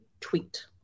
tweet